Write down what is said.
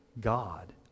God